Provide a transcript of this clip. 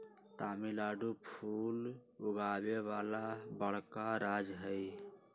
तमिलनाडु फूल उगावे वाला बड़का राज्य हई